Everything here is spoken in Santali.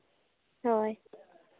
ᱦᱳᱭ